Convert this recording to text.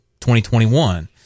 2021